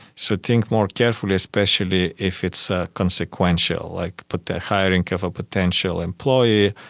so think more carefully, especially if it's ah consequential, like but the hiring of a potential employee,